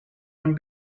can